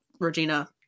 Regina